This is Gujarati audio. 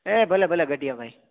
એ ભલે ભલે ગઢીયાભાઈ